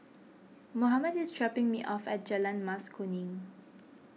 Mohammed is dropping me off at Jalan Mas Kuning